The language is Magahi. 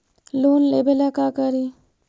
लोन लेबे ला का करि?